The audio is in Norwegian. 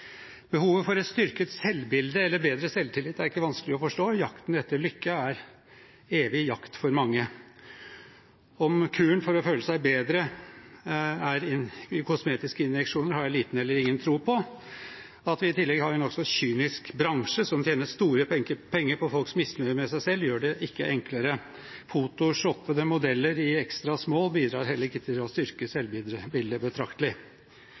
Behovet for et styrket selvbilde eller bedre selvtillit er ikke vanskelig å forstå. Jakten etter lykke er en evig jakt for mange. At kuren for å føle seg bedre er en kosmetisk injeksjon, har jeg liten eller ingen tro på. At vi i tillegg har en nokså kynisk bransje som tjener store penger på folks misnøye med seg selv, gjør det ikke enklere. Photoshoppede modeller i størrelse extra small bidrar heller ikke til å styrke selvbildet betraktelig.